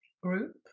group